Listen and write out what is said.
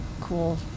cool